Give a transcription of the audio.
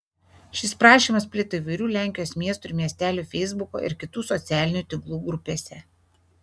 šis prašymas plito įvairių lenkijos miestų ir miestelių feisbuko ir kitų socialinių tinklų grupėse